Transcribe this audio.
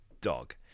dog